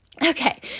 Okay